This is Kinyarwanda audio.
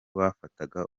bafataga